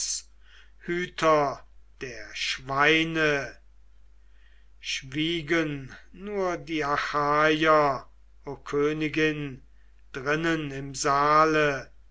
hüter der schweine schwiegen nur die achaier o königin drinnen im saale